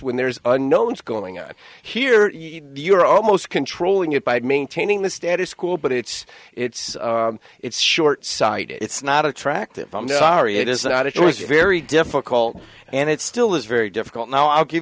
when there's no one's going on here you're almost controlling it by maintaining the status quo but it's it's it's short sighted it's not attractive i'm sorry it is not it was very difficult and it still is very difficult now i'll give